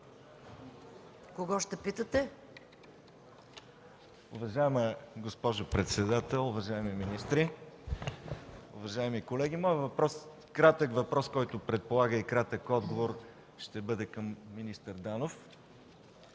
Кого ще питате?